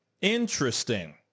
Interesting